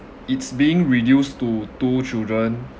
it's being reduced to two children